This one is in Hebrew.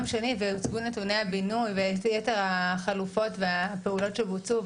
והוצגו נתוני הבינוי ויתר החלופות והפעולות שבוצעו,